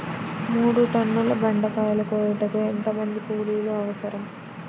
మూడు టన్నుల బెండకాయలు కోయుటకు ఎంత మంది కూలీలు అవసరం?